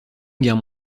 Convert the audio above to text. guerre